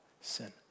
sin